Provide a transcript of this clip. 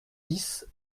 dix